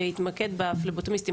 והתמקד בפלבוטומיסטים.